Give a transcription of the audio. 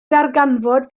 ddarganfod